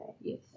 Yes